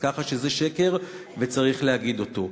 אז ככה שזה שקר, וצריך להגיד את זה.